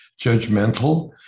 judgmental